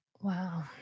Wow